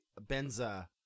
Benza